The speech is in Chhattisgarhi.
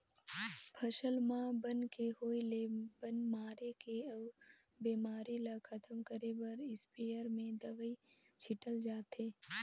फसल म बन के होय ले बन मारे के अउ बेमारी ल खतम करे बर इस्पेयर में दवई छिटल जाथे